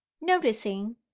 noticing